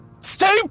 Stay